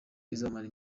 izamara